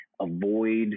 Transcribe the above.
avoid